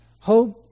hope